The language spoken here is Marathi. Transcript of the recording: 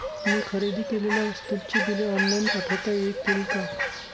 मी खरेदी केलेल्या वस्तूंची बिले ऑनलाइन पाठवता येतील का?